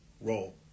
role